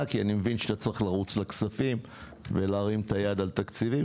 כי אני מבין שאתה צריך לרוץ לכספים ולהרים את היד על תקציבים,